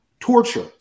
Torture